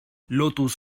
lotus